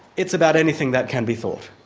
it's about anything that can be thought.